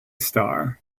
star